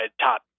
top